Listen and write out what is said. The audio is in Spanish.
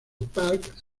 park